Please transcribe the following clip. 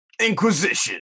Inquisition